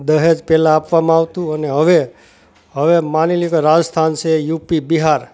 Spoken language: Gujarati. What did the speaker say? દહેજ પહેલાં આપવામાં આવતું અને હવે હવે માની લ્યો કે રાજસ્થાન છે યુપી બિહાર